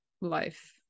life